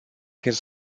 his